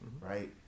right